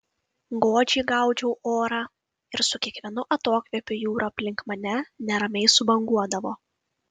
godžiai gaudžiau orą ir su kiekvienu atokvėpiu jūra aplink mane neramiai subanguodavo